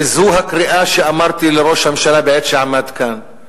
וזו הקריאה שאמרתי לראש הממשלה בעת שעמד כאן,